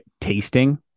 tasting